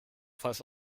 falsch